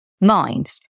minds